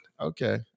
okay